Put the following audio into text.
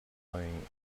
playing